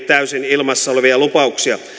täysin ilmassa olevia lupauksia